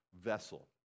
vessel